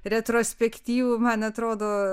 retrospektyvų man atrodo